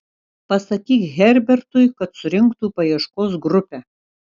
pasakyk herbertui kad surinktų paieškos grupę